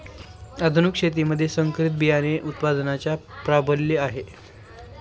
आधुनिक शेतीमध्ये संकरित बियाणे उत्पादनाचे प्राबल्य आहे